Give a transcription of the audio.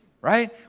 Right